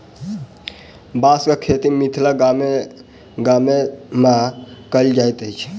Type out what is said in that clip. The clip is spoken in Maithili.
बाँसक खेती मिथिलाक गामे गाम कयल जाइत अछि